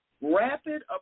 Rapid